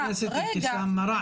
תודה לחברת הכנסת אבתיסאם מראענה.